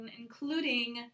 including